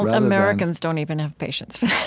but americans don't even have patience for